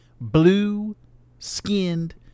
blue-skinned